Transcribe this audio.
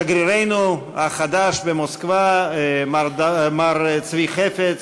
שגרירנו החדש במוסקבה מר צבי חפץ,